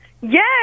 Yes